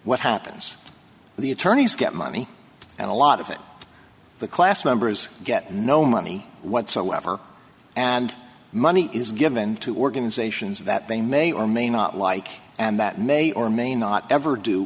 what happens to the attorneys get money and a lot of it the class members get no money whatsoever and money is given to organizations that they may or may not like and that may or may not ever do